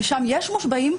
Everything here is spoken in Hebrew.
ושם יש מושבעים,